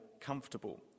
comfortable